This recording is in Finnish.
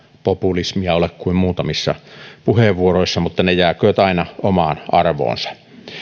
populismia ole ollut kuin muutamissa puheenvuoroissa mutta ne jääkööt aina omaan arvoonsa